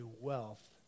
wealth